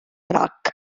track